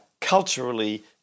culturally